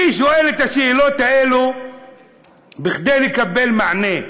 אני שואל את השאלות האלה כדי לקבל מענה.